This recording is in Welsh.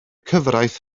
cyfraith